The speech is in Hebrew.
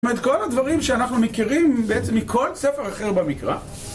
את כל הדברים שאנחנו מכירים בעצם מכל ספר אחר במקרא